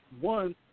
one